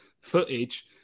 footage